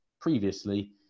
previously